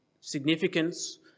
significance